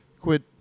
quit